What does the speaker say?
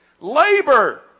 Labor